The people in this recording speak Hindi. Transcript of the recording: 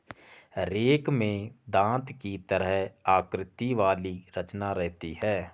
रेक में दाँत की तरह आकृति वाली रचना रहती है